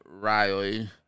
Riley